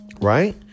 right